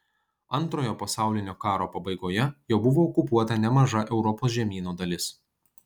antrojo pasaulinio karo pabaigoje jau buvo okupuota nemaža europos žemyno dalis